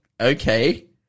okay